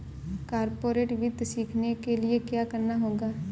corporate वित्त सीखने के लिया क्या करना होगा